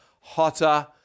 hotter